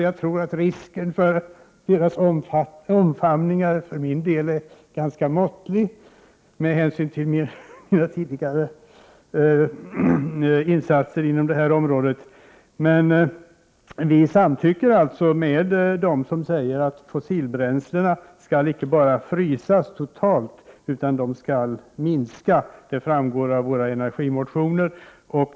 Jag tror att risken för deras omfamningar, för min del, är ganska måttlig med hänsyn till mina tidigare insatser på området. Men vi i miljöpartiet samtycker med dem som säger att de fossila bränslena inte bara skall frysas totalt, utan de skall minska. Det framgår av våra energimotioner.